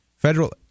Federal